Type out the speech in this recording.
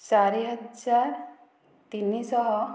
ଚାରି ହଜାର ତିନିଶହ